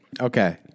Okay